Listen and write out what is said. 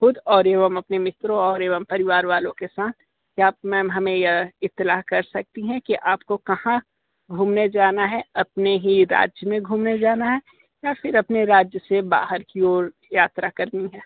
खुद और एवं अपने मित्रों और एवं अपने परिवार वालों के साथ क्या आप मैम हमें यह इतलाह कर सकती हैं कि आपको कहाँ घूमने जाना हैं अपने ही राज्य में घूमने जाना हैं या फ़िर अपने राज्य से बाहर की ओर यात्रा करनी हैं